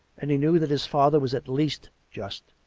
and he knew that his father was at least just.